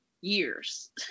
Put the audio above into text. years